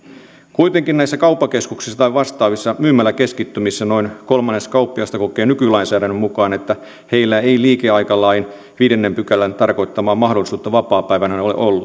kuitenkin näissä kauppakeskuksissa tai vastaavissa myymäläkeskittymissä noin kolmannes kauppiaista kokee nykylainsäädännön mukaan että heillä ei liikeaikalain viidennen pykälän tarkoittamaa mahdollisuutta vapaapäivään ole ollut